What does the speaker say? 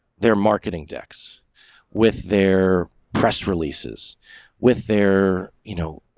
they're marketing dex with their press releases with their, you know,